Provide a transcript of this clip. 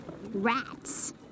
Rats